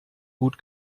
gut